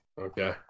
Okay